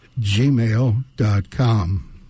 gmail.com